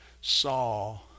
saw